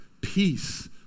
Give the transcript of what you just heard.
peace